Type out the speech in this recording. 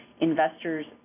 investors